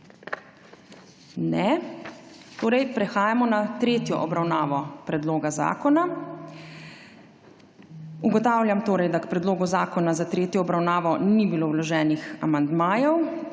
Torej prehajamo na trejo obravnavo predloga zakona. Ugotavljam, da k predlogu zakona za tretjo obravnavo ni bilo vloženih amandmajev.